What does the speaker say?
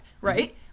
right